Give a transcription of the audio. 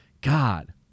God